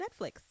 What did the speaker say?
Netflix